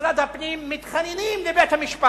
במשרד הפנים מתחננים לבית-המשפט.